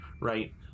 right